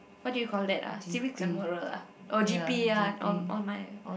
waht do you call that ah civics and moral ah oh G_P ya all all my